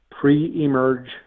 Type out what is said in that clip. pre-emerge